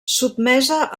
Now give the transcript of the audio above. sotmesa